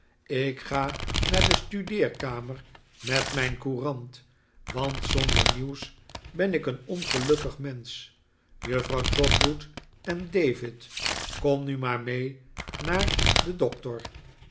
ik ga naar de studeerkamer met mijn courant want zonder nieuws ben ik een ongelukkig mensch juffrouw trotwood en david kom nu maar mee naar den doctor